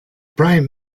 prime